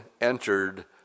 entered